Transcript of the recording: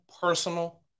personal